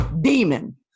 Demon